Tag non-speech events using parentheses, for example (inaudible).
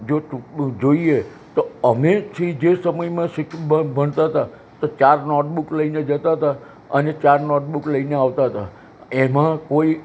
જો જોઈએ તો અમે (unintelligible) જે સમયમાં ભણતા હતાં તો ચાર નોટ બુક લઈ ને જતાં હતાં અને ચાર નોટ બુક લઈ ને આવતાં હતાં એમાં કોઈ